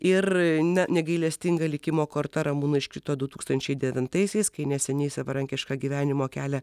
ir na negailestinga likimo korta ramūnui iškrito du tūkstančiai devintaisiais kai neseniai savarankišką gyvenimo kelią